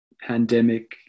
pandemic